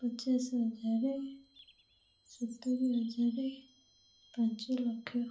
ପଚାଶ ହଜାର ସତୁରୀ ହଜାର ପାଞ୍ଚଲକ୍ଷ